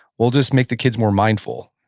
we'll just make the kids more mindful.